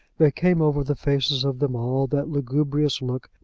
there came over the faces of them all that lugubrious look,